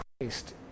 Christ